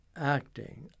acting